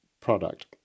product